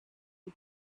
the